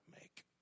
make